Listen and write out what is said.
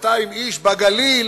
1,200 איש בגליל